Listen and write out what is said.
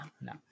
no